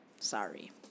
Sorry